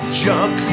junk